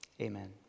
Amen